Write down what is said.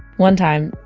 one time,